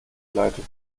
geleitet